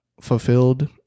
fulfilled